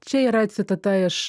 čia yra citata iš